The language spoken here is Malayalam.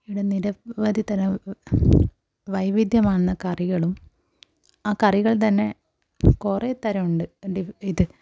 ഇവിടെ നിരവധി തരം വൈവിധ്യമാർന്ന കറികളും ആ കറികൾ തന്നെ കുറേ തരം ഉണ്ട്